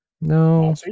no